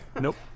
Nope